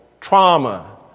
trauma